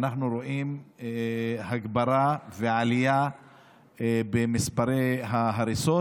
אנחנו רואים הגברה ועלייה במספרי ההריסות,